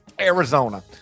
Arizona